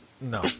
No